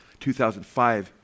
2005